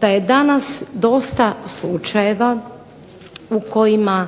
Da je danas dosta slučajeva u kojima